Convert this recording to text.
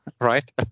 right